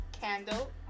candle